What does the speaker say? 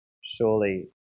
surely